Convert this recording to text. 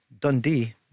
Dundee